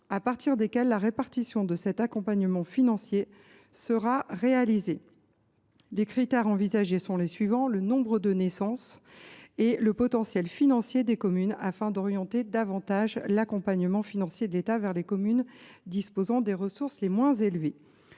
à partir desquels la répartition de cet accompagnement financier sera réalisée. Les critères envisagés sont le nombre de naissances et le potentiel financier des communes, afin d’orienter davantage l’accompagnement financier de l’État vers les communes disposant des ressources les moins élevées.